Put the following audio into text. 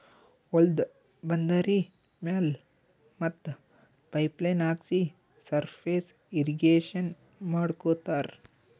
ಹೊಲ್ದ ಬಂದರಿ ಮ್ಯಾಲ್ ಮತ್ತ್ ಪೈಪ್ ಲೈನ್ ಹಾಕ್ಸಿ ಸರ್ಫೇಸ್ ಇರ್ರೀಗೇಷನ್ ಮಾಡ್ಕೋತ್ತಾರ್